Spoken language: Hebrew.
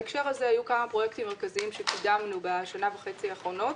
בהקשר הזה היו כמה פרויקטים מרכזיים שקידמנו בשנה וחצי האחרונות.